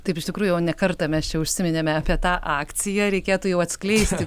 taip iš tikrųjų jau ne kartą mes čia užsiminėme apie tą akciją reikėtų jau atskleisti